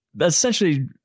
essentially